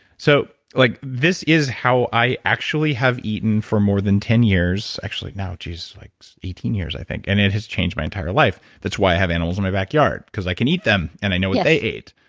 so like this is how i actually have eaten for more than ten years, actually now geez, it's like eighteen years i think and it has changed my entire life that's why i have animals in my backyard, because i can eat them and i know what they ate.